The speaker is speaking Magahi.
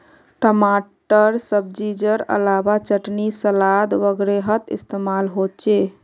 टमाटर सब्जिर अलावा चटनी सलाद वगैरहत इस्तेमाल होचे